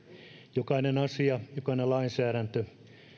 jokainen asia jokainen lainsäädäntö